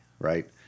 Right